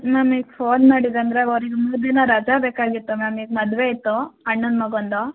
ma'am ಈಗ phone ಮಾಡಿದ್ದು ಅಂದರೆ ಒಂದು ಮೂರು ದಿನ ರಜಾ ಬೇಕಾಗಿತ್ತು ಮ್ಯಾಮ್ ಈಗ ಮದುವೆ ಇತ್ತು ಅಣ್ಣನ ಮಗಂದು